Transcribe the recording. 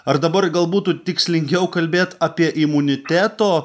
ar dabar gal būtų tikslingiau kalbėt apie imuniteto